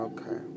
Okay